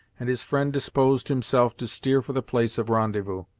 and his friend disposed himself to steer for the place of rendezvous.